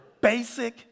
basic